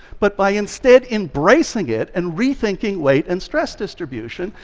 but by instead embracing it and rethinking weight and stress distribution,